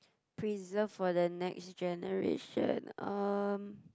preserved for the next generation um